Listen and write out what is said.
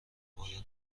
باید